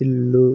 ఇల్లు